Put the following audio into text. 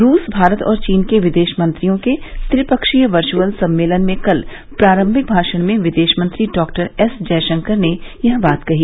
रूस भारत और चीन के विदेश मंत्रियों के त्रिपक्षीय वर्चुअल सम्मेलन में कल प्रारंभिक भाषण में विदेश मंत्री डॉक्टर एस जयशंकर ने यह बात कही